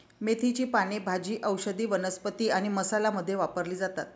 मेथीची पाने भाजी, औषधी वनस्पती आणि मसाला मध्ये वापरली जातात